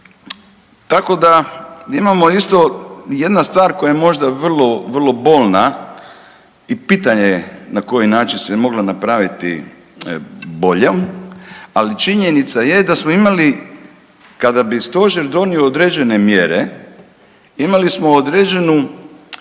tako da imamo isto jedna stvar koja je možda vrlo bolna i pitanje je na koji način se mogla napraviti bolje, ali činjenica je da smo imali kada bi stožer donio određene mjere imali smo određenu